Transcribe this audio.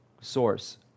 source